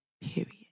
Period